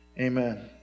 amen